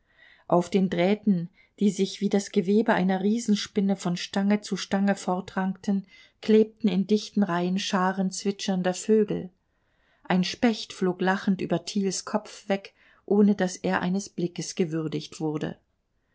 auf den drähten die sich wie das gewebe einer riesenspinne von stange zu stange fortrankten klebten in dichten reihen scharen zwitschernder vögel ein specht flog lachend über thiels kopf weg ohne daß er eines blickes gewürdigt wurde